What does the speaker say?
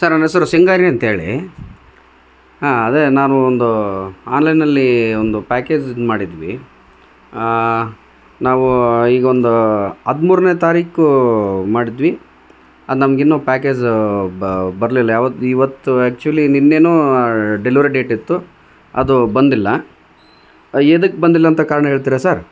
sir ನನ್ನ ಹೆಸ್ರು ಸಿಂಗಾರಿ ಅಂತ್ಹೇಳಿ ಹಾ ಅದೇ ನಾನು ಒಂದು ಆನ್ಲೈನಲ್ಲಿ ಒಂದು ಪ್ಯಾಕೇಜ್ ಇದು ಮಾಡಿದ್ವಿ ನಾವು ಈಗೊಂದು ಹದಿಮೂರನೇ ತಾರೀಕು ಮಾಡಿದ್ವಿ ಅದು ನಮ್ಗಿನ್ನು ಪ್ಯಾಕೇಜ್ ಬ ಬರಲಿಲ್ಲ ಯಾವತ್ತು ಇವತ್ತು ಆ್ಯಕ್ಚುಲಿ ನಿನ್ನೇನೆ ಡೆಲ್ವರಿ ಡೇಟಿತ್ತು ಅದು ಬಂದಿಲ್ಲ ಯದಕ್ಕೆ ಬಂದಿಲ್ಲಾಂತ ಕಾರಣ ಹೇಳ್ತಿರ ಸರ್